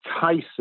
Tyson